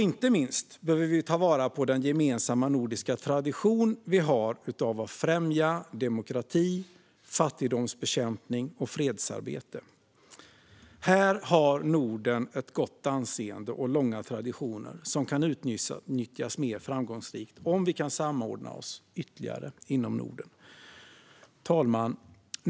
Inte minst behöver vi ta vara på den gemensamma nordiska tradition som vi har av att främja demokrati, fattigdomsbekämpning och fredsarbete. Här har Norden ett gott anseende och långa traditioner som kan utnyttjas mer framgångsrikt om vi kan samordna oss ytterligare inom Norden. Fru talman!